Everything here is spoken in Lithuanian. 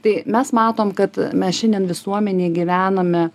tai mes matom kad mes šiandien visuomenėj gyvename